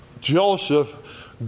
Joseph